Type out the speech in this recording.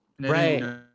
right